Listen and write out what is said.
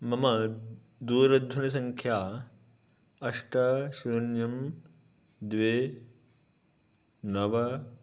मम दूरध्वनिसङ्ख्या अष्ट शून्यं द्वे नव